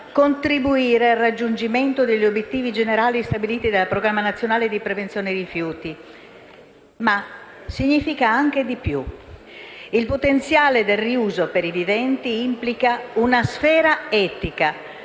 contribuire al raggiungimento degli obiettivi generali stabiliti dal Programma nazionale di prevenzione dei rifiuti. Ma significa anche di più. Il potenziale del riuso per i viventi implica una sfera etica,